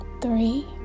three